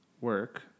work